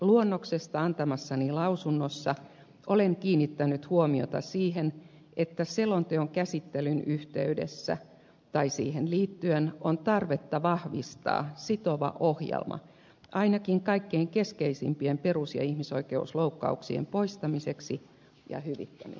luonnoksesta antamassani lausunnossa olen kiinnittänyt huomiota siihen että selonteon käsittelyn yhteydessä tai siihen liittyen on tarvetta vahvistaa sitova ohjelma ainakin kaikkein keskeisimpien perus ja ihmisoikeusloukkauksien poistamiseksi ja hyvittämiseksi